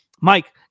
mike